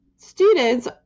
students